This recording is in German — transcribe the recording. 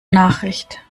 nachricht